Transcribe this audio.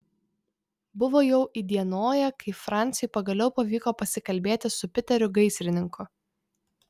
buvo jau įdienoję kai franciui pagaliau pavyko pasikalbėti su piteriu gaisrininku